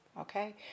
Okay